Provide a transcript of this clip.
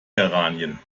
geranien